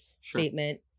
statement